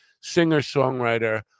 singer-songwriter